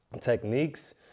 techniques